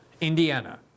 Indiana